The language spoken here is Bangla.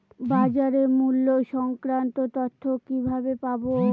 বাজার মূল্য সংক্রান্ত তথ্য কিভাবে পাবো?